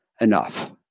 enough